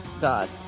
God